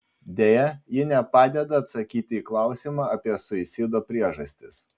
deja ji nepadeda atsakyti į klausimą apie suicido priežastis